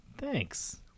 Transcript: Thanks